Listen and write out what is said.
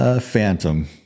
phantom